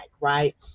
right